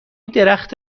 درخت